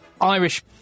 Irish